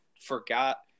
forgot